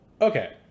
Okay